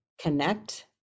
connect